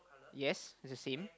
yes it's the same